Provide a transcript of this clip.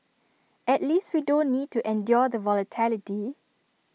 at least we don't need to endure the volatility